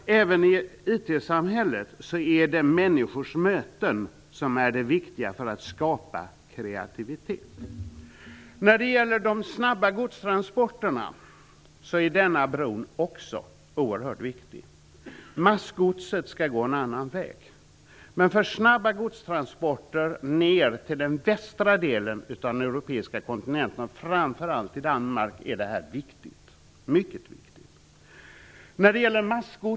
Även i IT-samhället är det människors möten som är viktiga för att skapa kreativitet. Bron är också oerhört viktig när det gäller de snabba godstransporterna. Massgodset skall gå en annan väg, men den är viktig för snabba godstransporter ned till den västra delen av den europeiska kontinenten, framför allt till Danmark. Det är mycket viktigt.